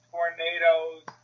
Tornadoes